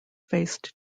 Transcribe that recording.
faced